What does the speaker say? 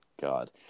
God